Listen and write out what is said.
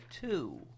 two